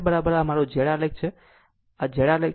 તો XL આ મારો Z આલેખ છે આ મારો Z આલેખ છે